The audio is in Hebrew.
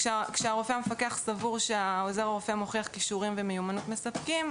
הוא כשהרופא המפקח סבור שעוזר הרופא מוכיח כישורים ומיומנות מספקים,